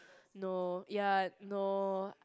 no ya no